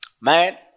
Man